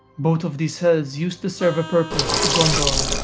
both of these hills used to serve a purpose to gondor,